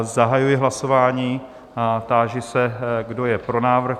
Zahajuji hlasování a táži se, kdo je pro návrh?